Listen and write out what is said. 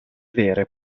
vere